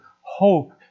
hope